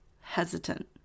hesitant